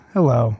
Hello